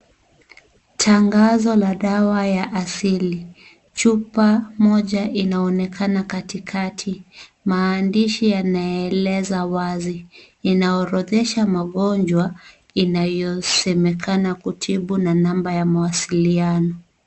Tangazo la dawa ya asili, chupa moja inaonekana katikati, maandishi yanaeleza wazi, inaorodhesha magonjwa inayosemekana kutibu na namba ya mawasiliano.